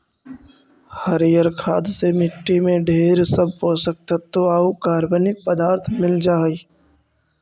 हरियर खाद से मट्टी में ढेर सब पोषक तत्व आउ कार्बनिक पदार्थ मिल जा हई